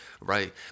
right